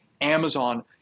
Amazon